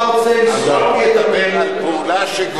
החוק מדבר על פעולה שגורמת נזק.